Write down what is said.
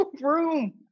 room